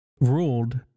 ruled